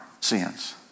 sins